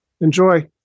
enjoy